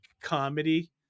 comedy